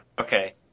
Okay